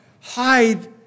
hide